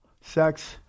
Sex